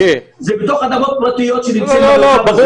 זה בתוך אדמות פרטיות שנמצאות במרחב הזה.